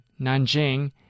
Nanjing